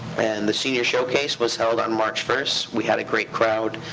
and the senior showcase was held on march first. we had a great crowd,